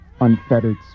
unfettered